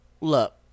look